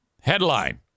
Headline